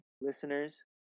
listeners